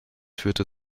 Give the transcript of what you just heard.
führte